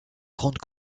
grandes